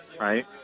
right